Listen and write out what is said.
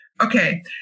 Okay